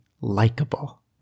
likable